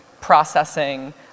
processing